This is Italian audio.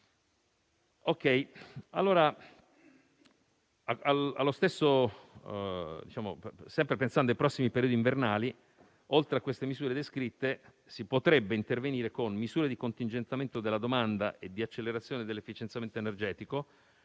dall'altro. Sempre pensando ai prossimi periodi invernali, oltre a quelle descritte, si potrebbe intervenire con misure di contingentamento della domanda e di accelerazione dell'efficientamento energetico,